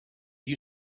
you